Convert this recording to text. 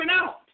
out